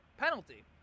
penalty